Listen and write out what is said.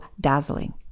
dazzling